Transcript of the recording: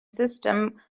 system